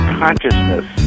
consciousness